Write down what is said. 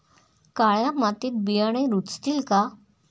काळ्या मातीत बियाणे रुजतील का?